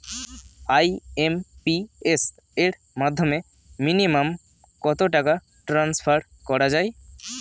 IMPS এর মাধ্যমে minimum কত টাকা ট্রান্সফার করা যায়?